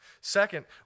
Second